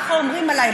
ככה אומרים עליי,